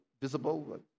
visible